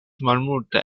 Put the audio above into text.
malmulte